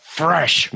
fresh